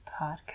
podcast